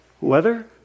weather